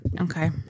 Okay